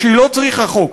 ושהיא לא צריכה חוק,